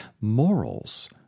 morals